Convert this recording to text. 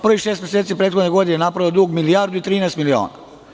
Prvih šest meseci prethodne godine napravio je dug od milijardu i 13 miliona.